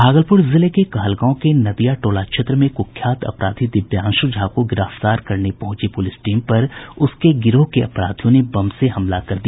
भागलपुर जिले में कहलगांव के नदिया टोला क्षेत्र में कुख्यात अपराधी दिव्यांशु झा को गिरफ्तार करने पहुंची पुलिस टीम पर उसके गिरोह के अपराधियों ने बम से हमला कर दिया